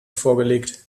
vorgelegt